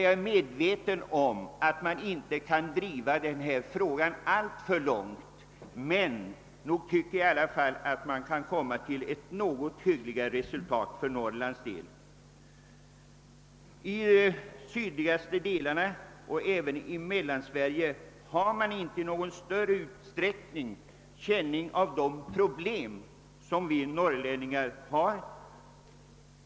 Jag är medveten om att man inte kan driva denna fråga alltför hårt, men man borde i alla fall kunna åstadkomma ett något bättre resultat för Norrlands del. I de sydligaste och mellersta delarna av Sverige har man inte i någon större utsträckning. känning av de problem som vi norrlänningar drabbas av.